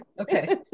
okay